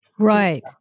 Right